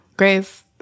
Grace